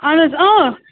اَہَن حظ آ